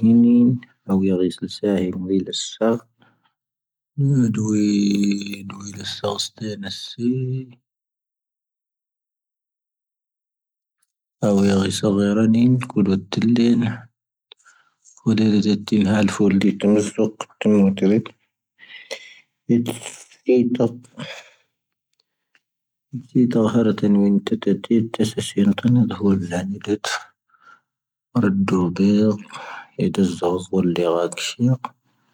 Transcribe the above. ⵍⵉⵙⴰⵔⴼ ⵡⴰⵜⵜⴰⵔⵊⵉⵜ ⵀⴰⴷⵉ ⵢⴻⵔⵙⵓ